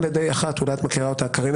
לא נכון.